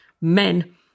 men